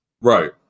right